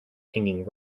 hanging